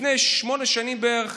לפני שמונה שנים בערך